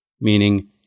meaning